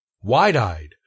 wide-eyed